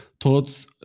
thoughts